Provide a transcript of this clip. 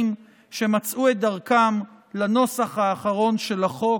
שמצאו את דרכם לנוסח האחרון של החוק.